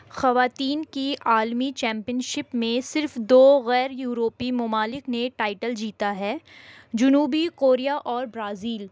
خواتین کی عالمی چمپئنشپ میں صرف دو غیر یورپی ممالک نے ٹائٹل جیتا ہے جنوبی کوریا اور برازیل